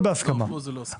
פה זה לא בהסכמה.